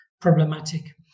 problematic